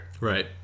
right